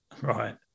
Right